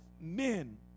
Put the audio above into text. men